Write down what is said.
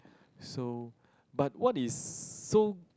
so but what is so